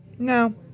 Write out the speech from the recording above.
No